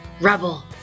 Rebel